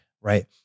right